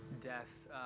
death